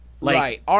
Right